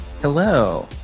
Hello